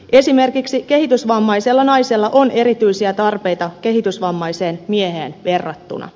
esimerkiksi kehitysvammaisella naisella on erityisiä tarpeita kehitysvammaiseen mieheen verrattuna